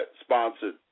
sponsored